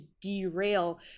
derail